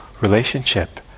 relationship